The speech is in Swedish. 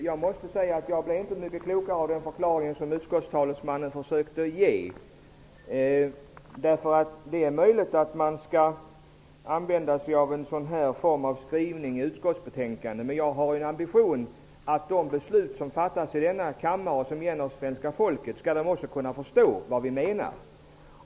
Fru talman! Jag blev inte mycket klokare av den förklaringen som utskottstalesmannen försökte ge. Det är möjligt att man skall använda sig av en sådan här form av skrivning i ett utskottsbetänkande. Jag har ambitionen att de beslut som fattas i denna kammare och som gäller svenska folket skall kunna förstås.